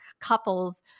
couples